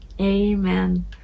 Amen